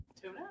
Tuna